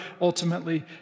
ultimately